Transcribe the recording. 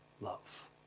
love